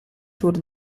tour